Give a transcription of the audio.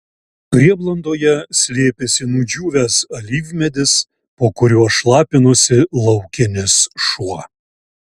prieblandoje slėpėsi nudžiūvęs alyvmedis po kuriuo šlapinosi laukinis šuo